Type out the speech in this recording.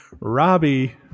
Robbie